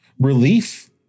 relief